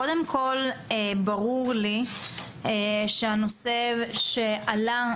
קודם כל ברור לי שהנושא שעלה,